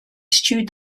eschewed